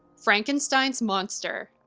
frankenstein's monster.